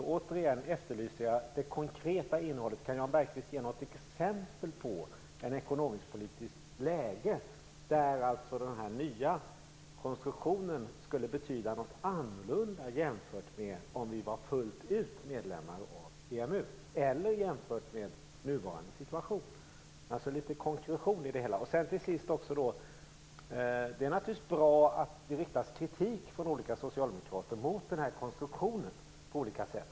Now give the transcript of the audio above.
Återigen efterlyser jag det konkreta innehållet. Kan Jan Bergqvist ge något exempel på ett ekonomiskpolitiskt läge där den här nya konstruktionen skulle betyda något annorlunda jämfört med om vi fullt ut var medlemmar i EMU eller jämfört med nuvarande situation? Jag vill alltså ha litet konkretion i det hela. Till sist: Det är naturligtvis bra att det riktas kritik från olika socialdemokrater mot denna konstruktion.